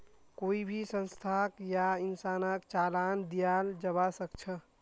कोई भी संस्थाक या इंसानक चालान दियाल जबा सख छ